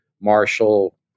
Marshall